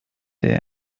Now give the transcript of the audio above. der